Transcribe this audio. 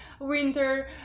winter